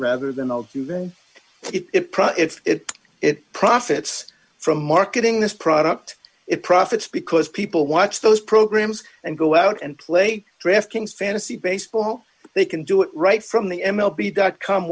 rather than the event it profit if it profits from marketing this product it profits because people watch those programs and go out and play draft kings fantasy baseball they can do it right from the n l p dot com